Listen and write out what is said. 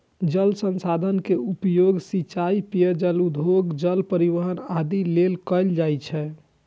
जल संसाधन के उपयोग सिंचाइ, पेयजल, उद्योग, जल परिवहन आदि लेल कैल जाइ छै